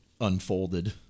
unfolded